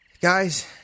Guys